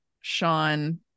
Sean